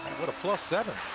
what a plus seven.